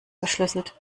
verschlüsselt